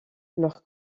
leur